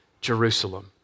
Jerusalem